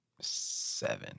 seven